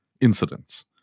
incidents